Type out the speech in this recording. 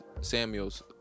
Samuels